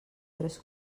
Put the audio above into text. tres